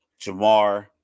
Jamar